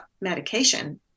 medication